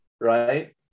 Right